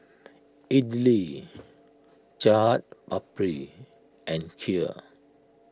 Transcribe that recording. Idili Chaat Papri and Kheer